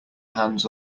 hands